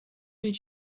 did